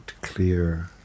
clear